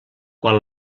quan